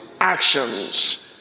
actions